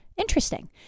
Interesting